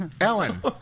Ellen